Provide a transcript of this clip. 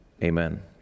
Amen